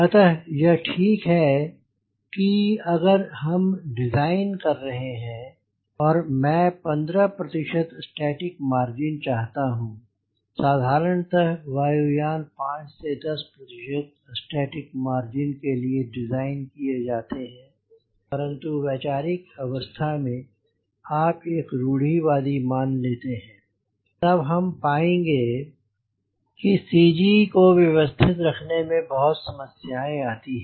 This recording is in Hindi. अतः यह ठीक है कि अगर हम डिज़ाइन कर रहे हैं कि मैं 15 प्रतिशत स्टैटिक मार्जिन चाहता हूँ साधारणतः वायु यान 5 से 10 प्रतिशत स्टैटिक मार्जिन के लिए डिज़ाइन किये जाते हैं परन्तु वैचारिक अवस्था में आप एक रूढ़िवादी मान लेते हैं तब हम हम पाएंगे कि सी जी को व्यवस्थित रखने में बहुत समस्याएं आती हैं